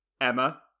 Emma